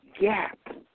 gap